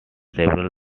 several